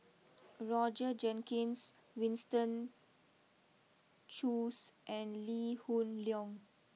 Roger Jenkins Winston Choos and Lee Hoon Leong